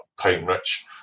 time-rich